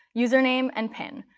username and pin.